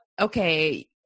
okay